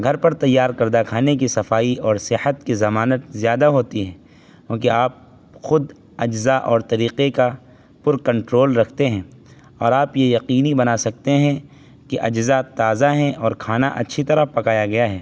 گھر پر تیار کردہ کھانے کی صفائی اور سیاحت کی ضمانت زیادہ ہوتی ہیں کیونکہ آپ خود اجزاء اور طریقے کا پر کنٹرول رکھتے ہیں اور آپ یہ یقینی بنا سکتے ہیں کہ اجزاء تازہ ہیں اور کھانا اچھی طرح پکایا گیا ہے